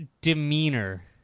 demeanor